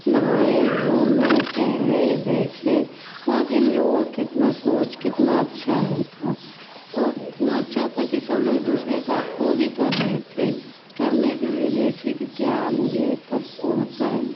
नहाए घूमें टहले देखे वहाँ के लोग कितना सोच कितना अच्छा है था और इतना अच्छा था सब लोग एक दूसरे का वो भी कर रहे थे करने के लिए देखे कि क्या मुझे ये सब होता है